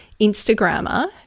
Instagrammer